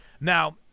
Now